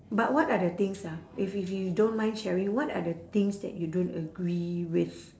but what are the things ah if if you don't mind sharing what are the things that you don't agree with